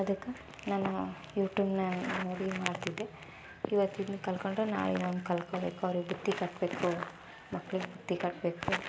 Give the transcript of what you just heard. ಅದಕ್ಕೆ ನಾನು ಯೂಟ್ಯೂಬ್ನ್ಯಾಗ ನೋಡಿ ಮಾಡ್ತಿದ್ದೆ ಇವತ್ತು ಇದನ್ನು ಕಲ್ತ್ಕೊಂಡ್ರೆ ನಾಳೆ ಇನ್ನೊಂದು ಕಲ್ತ್ಕೊಬೇಕು ಅವ್ರಿಗೆ ಬುತ್ತಿ ಕಟ್ಟಬೇಕು ಮಕ್ಳಿಗೆ ಬುತ್ತಿ ಕಟ್ಟಬೇಕು